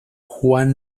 juan